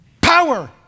Power